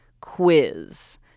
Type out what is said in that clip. quiz